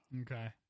Okay